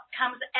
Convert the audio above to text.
comes